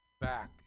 Back